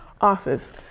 office